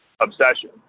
obsession